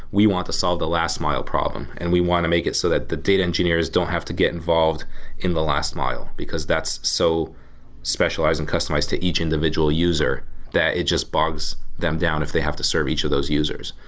we want to solve the last mile problem and we want to make it so that the data engineers don't have to get involved in the last mile, because that's so specialize and customized to each individual user that it just bugs them down if they have to serve each of those users.